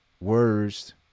words